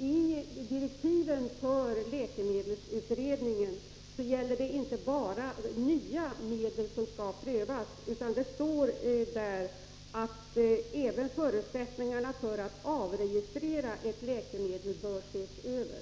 enligt direktiven för läkemedelsutredningen är det inte bara nya medel som skall prövas, utan det står i direktiven att även förutsättningarna för att avregistrera ett läkemedel bör ses över.